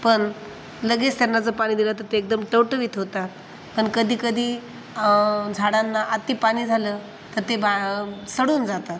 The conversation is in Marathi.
पण लगेच त्यांना जर पाणी दिलं तर ते एकदम टवटवीत होतात पण कधीकधी झाडांना अती पाणी झालं तर ते बा सडून जातात